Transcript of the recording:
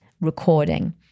recording